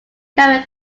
caramel